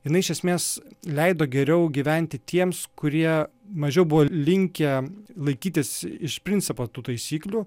jinai iš esmės leido geriau gyventi tiems kurie mažiau buvo linkę laikytis iš principo tų taisyklių